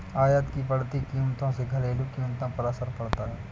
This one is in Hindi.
आयात की बढ़ती कीमतों से घरेलू कीमतों पर असर पड़ता है